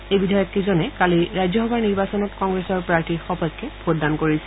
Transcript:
এই বিধায়ককেইজনে কালি ৰাজ্যসভাৰ নিৰ্বাচনত কংগ্ৰেছৰ প্ৰাৰ্থীৰ সপক্ষে ভোটদান কৰিছিল